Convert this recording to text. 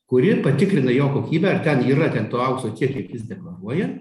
kuri patikrina jo kokybę ar ten yra ten to aukso tiek kiek jis deklaruoja